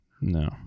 No